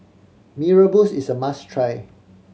Mee Rebus is a must try